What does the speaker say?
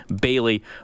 bailey